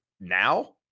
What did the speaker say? now